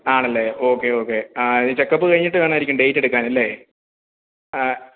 ആണല്ലേ okay okay ആ checkup കഴിഞ്ഞിട്ട് വേണമായിരിക്കും ഡേറ്റ് എടുക്കാന് അല്ലേ ആ